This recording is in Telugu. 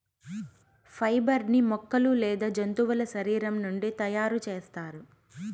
ఫైబర్ ని మొక్కలు లేదా జంతువుల శరీరం నుండి తయారు చేస్తారు